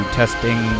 testing